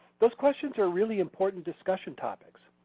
those questions are really important discussion topics.